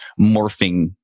morphing